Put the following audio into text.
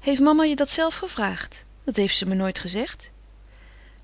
heeft mama je dat zelf gevraagd dat heeft ze me nooit gezegd